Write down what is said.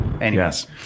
Yes